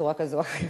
בצורה כזאת.